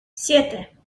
siete